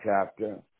chapter